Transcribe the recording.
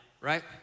right